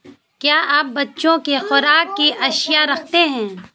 کیا آپ بچوں کے خوراک کی اشیاء رکھتے ہیں